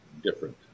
different